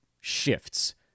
shifts